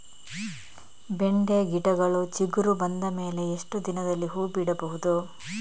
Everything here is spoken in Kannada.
ಬೆಂಡೆ ಗಿಡಗಳು ಚಿಗುರು ಬಂದ ಮೇಲೆ ಎಷ್ಟು ದಿನದಲ್ಲಿ ಹೂ ಬಿಡಬಹುದು?